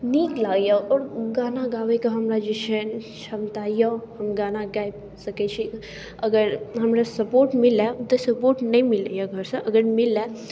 नीक लागैए आओर गाना गाबैके हमरा जे छै छमता यऽ हम गाना गाबि सकैत छी अगर हमरा सपोर्ट मिलै तऽ सपोर्ट नहि मिलैए घरसँ अगर मिलै